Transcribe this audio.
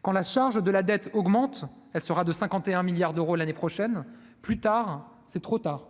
quand la charge de la dette augmente, elle sera de 51 milliards d'euros l'année prochaine, plus tard, c'est trop tard,